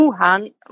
Wuhan